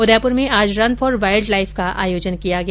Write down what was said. उदयपुर में आज run for wildlife का आयोजन किया गया